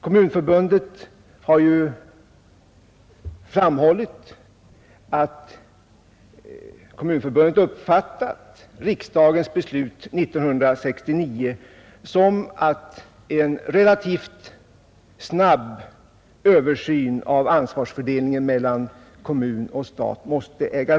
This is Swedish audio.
Kommunförbundet har sagt sig uppfatta riksdagens beslut år 1969 så, att en relativt snabb översyn av ansvarsfördelningen mellan stat och kommun måste företas.